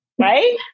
Right